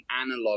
analog